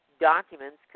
documents